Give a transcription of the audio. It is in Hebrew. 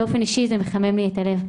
באופן אישי זה מחמם לי את הלב.